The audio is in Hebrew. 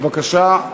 בבקשה,